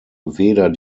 weder